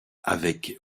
avec